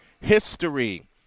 history